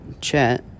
chat